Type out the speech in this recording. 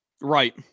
right